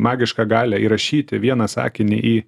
magišką galią įrašyti vieną sakinį į